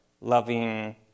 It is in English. loving